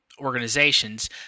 organizations